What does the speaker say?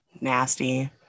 nasty